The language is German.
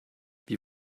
wie